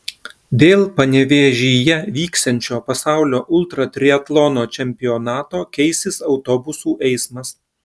dėl panevėžyje vyksiančio pasaulio ultratriatlono čempionato keisis autobusų eismas